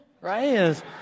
Right